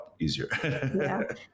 easier